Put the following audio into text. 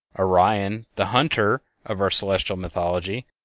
orion, the hunter' of our celestial mythology,